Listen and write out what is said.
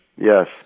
Yes